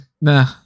Nah